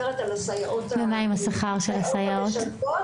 ומה עם השכר של הסייעות?